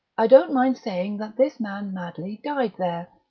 i don't mind saying that this man madley died there,